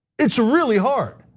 it's a really hard.